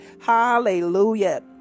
Hallelujah